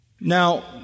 Now